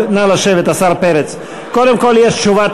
נא לשבת, השר פרץ, קודם כול יש תשובת